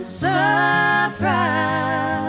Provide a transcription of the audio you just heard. surprise